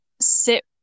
sit